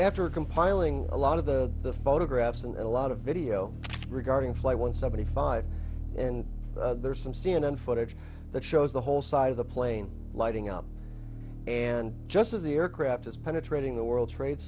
after compiling a lot of the the photographs and a lot of video regarding flight one seventy five and there are some c n n footage that shows the whole side of the plane lighting up and just as the aircraft is penetrating the world trade